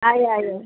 ആയി ആയി ആയി